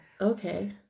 Okay